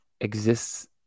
exists